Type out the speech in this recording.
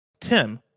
Tim